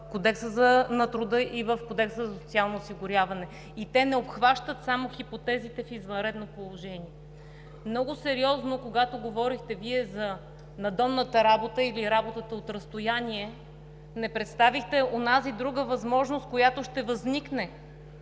в Кодекса на труда и в Кодекса за социално осигуряване и те не обхващат само хипотезите в извънредно положение. Когато говорихте много сериозно за надомната работа или работата от разстояние, не представихте онази друга възможност, която ще възникне